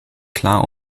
klar